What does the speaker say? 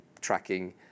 tracking